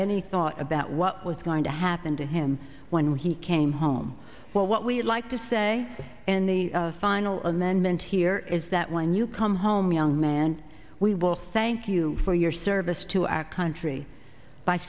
any thought about what was going to happen to him when he came home well what we like to say in the final amendment here is that when you come home young man we will thank you for your service to our country by